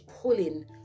pulling